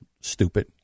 stupid